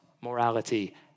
morality